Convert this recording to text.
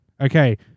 Okay